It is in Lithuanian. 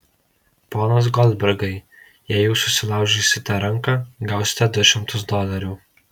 ponas goldbergai jei jūs susilaužysite ranką gausite du šimtus dolerių